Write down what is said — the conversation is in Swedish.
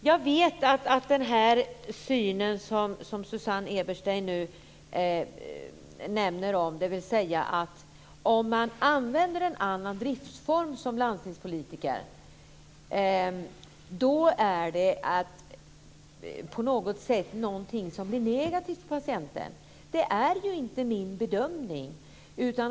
Fru talman! När det gäller den syn som Susanne Eberstein nämner om - dvs. att det, om man som landstingspolitiker använder en annan driftsform, på något sätt blir negativt för patienten - vill jag säga att det inte är min bedömning.